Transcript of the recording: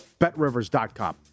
BetRivers.com